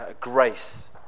grace